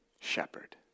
shepherd